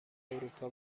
اروپا